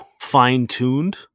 fine-tuned